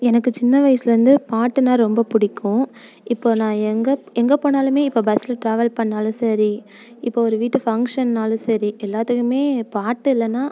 எனக்கு சின்ன வயசிலேந்தே பாட்டுனா ரொம்ப பிடிக்கும் இப்போ நான் எங்கே எங்கே போனாலுமே இப்போ பஸ்ஸில் ட்ராவல் பண்ணிணாலும் சரி இப்போ ஒரு வீட்டு ஃபங்க்ஷன்னாலும் சரி எல்லாத்துக்குமே பாட்டு இல்லைனா